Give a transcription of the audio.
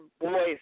boys